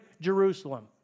Jerusalem